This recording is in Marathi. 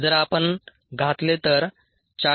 जर आपण घातले तर 40